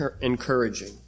encouraging